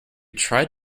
tried